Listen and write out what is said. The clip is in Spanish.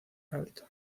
alta